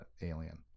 alien